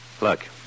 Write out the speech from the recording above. Look